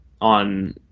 on